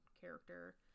character